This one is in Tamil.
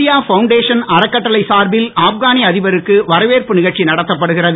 இந்திய அறக்கட்டளை சார்பில் ஆப்கானிய அதிபருக்கு வரவேற்பு நிகழ்ச்சி நடத்தப்படுகிறது